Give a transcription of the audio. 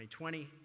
2020